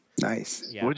Nice